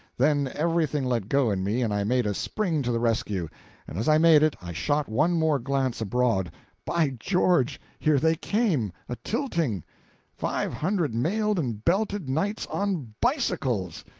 then everything let go in me and i made a spring to the rescue and as i made it i shot one more glance abroad by george! here they came, a-tilting five hundred mailed and belted knights on bicycles!